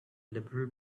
liberal